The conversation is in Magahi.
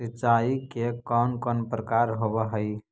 सिंचाई के कौन कौन प्रकार होव हइ?